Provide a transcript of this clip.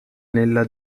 nella